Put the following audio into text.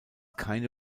keine